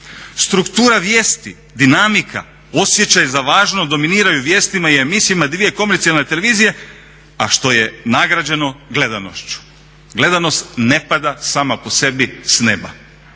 Struktura vijesti, dinamika, osjećaj za važno dominiraju vijestima i emisijama dvije komercijalne televizije a što je nagrađeno gledanošću. Gledanost ne pada samo po sebi s nema.